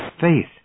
faith